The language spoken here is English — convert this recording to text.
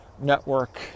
network